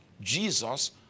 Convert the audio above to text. jesus